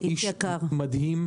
איש מדהים.